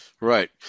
Right